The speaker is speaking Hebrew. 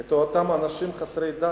את אותם אנשים חסרי דת.